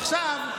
עכשיו,